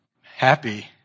happy